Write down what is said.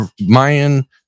Mayan